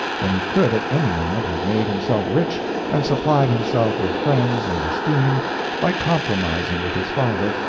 when he could at any moment have made himself rich and supplied himself with friends and esteem by compromising with his father,